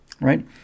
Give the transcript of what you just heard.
right